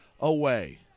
away